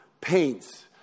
paints